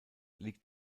liegt